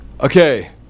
Okay